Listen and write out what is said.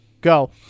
go